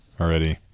already